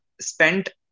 spent